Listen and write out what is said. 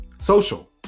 social